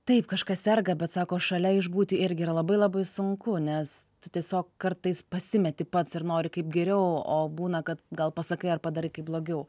taip kažkas serga bet sako šalia išbūti irgi yra labai labai sunku nes tu tiesiog kartais pasimeti pats ir nori kaip geriau o būna kad gal pasakai ar padarai kaip blogiau